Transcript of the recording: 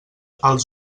els